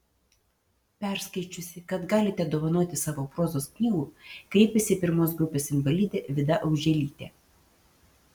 perskaičiusi kad galite dovanoti savo prozos knygų kreipėsi pirmos grupės invalidė vida auželytė